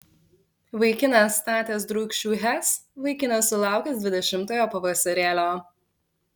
vaikinas statęs drūkšių hes vaikinas sulaukęs dvidešimtojo pavasarėlio